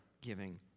giving